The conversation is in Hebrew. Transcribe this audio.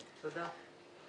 תודה.